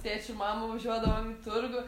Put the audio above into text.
tėčiu mama važiuodavom į turgų